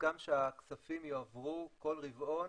והוסכם שהכספים יועברו כל רבעון,